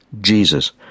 Jesus